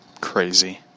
crazy